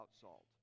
salt